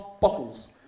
bottles